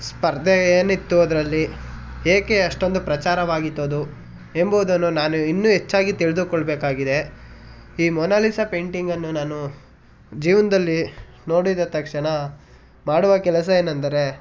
ಸ್ಪರ್ಧೆ ಏನಿತ್ತು ಅದರಲ್ಲಿ ಏಕೆ ಅಷ್ಟೊಂದು ಪ್ರಚಾರವಾಗಿತ್ತದು ಎಂಬುವುದನ್ನು ನಾನು ಇನ್ನೂ ಹೆಚ್ಚಾಗಿ ತಿಳಿದುಕೊಳ್ಬೇಕಾಗಿದೆ ಈ ಮೊನಾಲಿಸ ಪೈಂಟಿಂಗನ್ನು ನಾನು ಜೀವನದಲ್ಲಿ ನೋಡಿದ ತಕ್ಷಣ ಮಾಡುವ ಕೆಲಸ ಏನೆಂದರೆ